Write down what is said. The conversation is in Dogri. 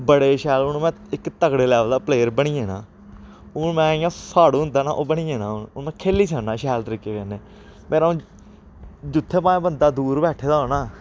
बड़े शैल हून में इक तगड़े लैवल दा प्लेयर बनी जाना हून में इ'यां साढ़ा होंदा ना ओह् बनी जाना हून हून में खेली सकना शैल तरीके कन्नै मेरा हून जित्थें भाएं बंदा दूर बैठे दा होऐ ना